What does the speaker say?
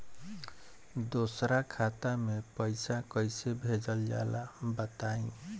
दोसरा खाता में पईसा कइसे भेजल जाला बताई?